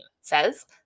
says